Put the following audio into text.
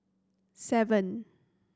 seven